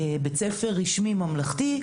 בית ספר רשמי ממלכתי,